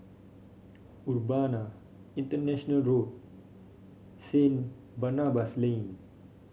Urbana International Road Saint Barnabas Lane